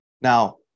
now